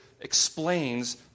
explains